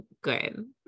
Good